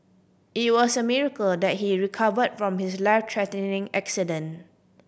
it was a miracle that he recovered from his life threatening accident